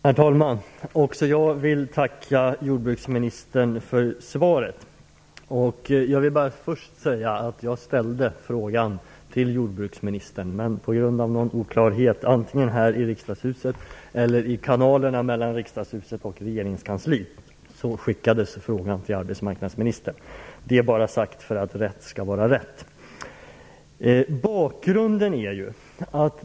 Herr talman! Också jag vill tacka jordbruksministern för svaret. Jag vill bara först säga att jag ställde frågan till jordbruksministern men att på grund av någon oklarhet antingen här i riksdagshuset eller i kanalerna mellan riksdagshuset och regeringskansliet skickades frågan till arbetsmarknadsministern. Detta sagt bara för att rätt skall vara rätt.